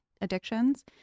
addictions